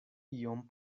iom